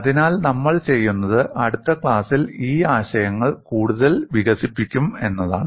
അതിനാൽ നമ്മൾ ചെയ്യുന്നത് അടുത്ത ക്ലാസിൽ ഈ ആശയങ്ങൾ കൂടുതൽ വികസിപ്പിക്കും എന്നതാണ്